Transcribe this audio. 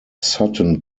sutton